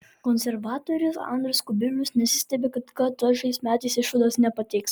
konservatorius andrius kubilius nesistebi kad kt šiais metais išvados nepateiks